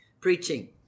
preaching